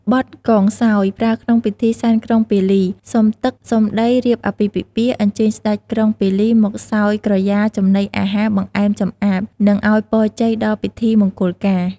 បទកងសោយ ប្រើក្នុងពិធីសែនក្រុងពាលី សុំទឹក សុំដីរៀបមង្គលការ អញ្ចើញស្ដេចក្រុងពាលីមកសោយក្រយាចំណីអាហារបង្អែមចម្អាប និងឱ្យពរជ័យដល់ពិធីមង្គលការ